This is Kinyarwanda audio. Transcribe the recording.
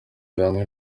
bamwe